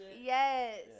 Yes